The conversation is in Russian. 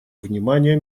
внимания